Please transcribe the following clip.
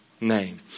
Name